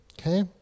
Okay